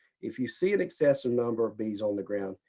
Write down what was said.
if you see an excessive number of bees on the ground,